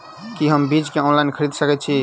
की हम बीज केँ ऑनलाइन खरीदै सकैत छी?